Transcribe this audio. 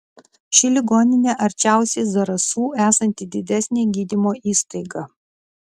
ši ligoninė arčiausiai zarasų esanti didesnė gydymo įstaiga